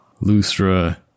Lustra